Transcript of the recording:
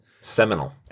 Seminal